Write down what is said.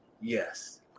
Yes